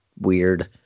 weird